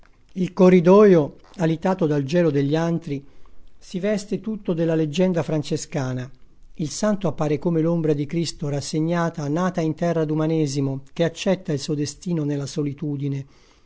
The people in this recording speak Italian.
il corridoio alitato dal gelo degli antri si veste tutto della leggenda francescana il santo appare come l'ombra di cristo rassegnata nata in terra d'umanesimo che accetta il suo destino nella solitudine